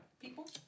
people